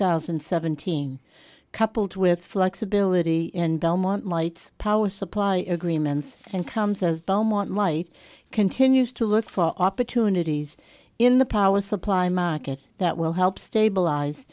thousand and seventeen coupled with flexibility in belmont lights power supply agreements and comes as belmont light continues to look for opportunities in the power supply market that will help stabilize